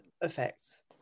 effects